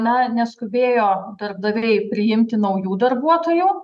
na neskubėjo darbdaviai priimti naujų darbuotojų